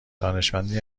دانشمندی